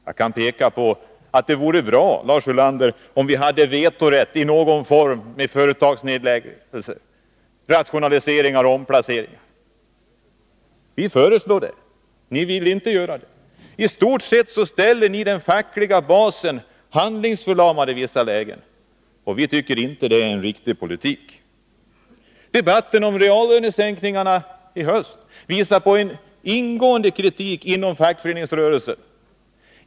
Jag kan nämna hela handläggningen av 25 Det vore bra, Lars Ulander, om vi hade vetorätt i någon form vid företagsnedläggningar, rationaliseringar och omplaceringar. Vi föreslår det, men ni vill inte göra det. I stort sett ställer ni den fackliga basen handlingsförlamad i vissa lägen, och vi tycker inte att det är en riktig politik. Debatten om reallönesänkningarna i höst visar på en ingående kritik inom fackföreningsrörelsen.